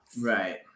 Right